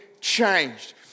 changed